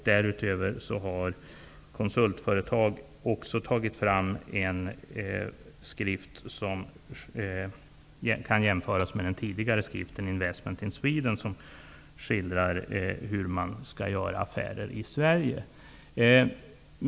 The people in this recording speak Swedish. Därutöver har konsultföretag tagit fram en skrift som kan jämföras med den tidigare skriften Investment in Sweden, som skildrar hur man skall göra affärer i Sverige.